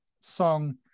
song